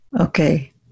okay